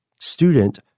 student